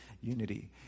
unity